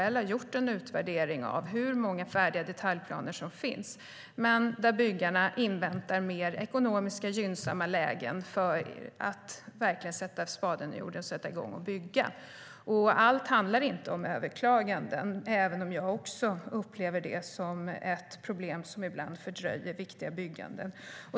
SKL har gjort en utvärdering av hur många fall det finns där detaljplaner finns färdiga men byggarna inväntar lägen som är ekonomiskt gynnsammare för att verkligen sätta spaden i jorden och sätta igång att bygga. Allt handlar inte om överklaganden, även om också jag upplever det som ett problem som ibland fördröjer viktiga byggen.